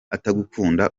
atagukunda